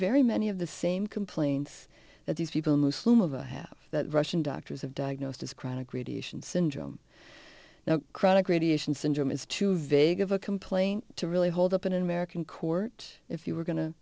very many of the same complaints that these people muslim of a have that russian doctors have diagnosed as chronic radiation syndrome now chronic radiation syndrome is too vague of a complaint to really hold up in an american court if you were going to